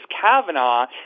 Kavanaugh